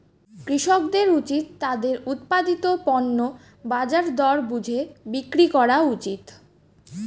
কৃষকদের উচিত তাদের উৎপাদিত পণ্য বাজার দর বুঝে বিক্রি করা উচিত